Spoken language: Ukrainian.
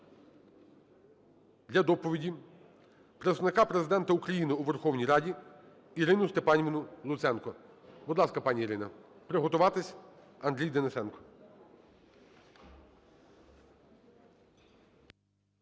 для доповіді Представника Президента України у Верховній Раді Ірину Степанівну Луценко. Будь ласка, пані Ірина. Приготуватись Андрію Денисенку.